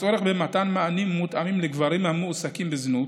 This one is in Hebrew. הצורך במתן מענים מותאמים לגברים המועסקים בזנות,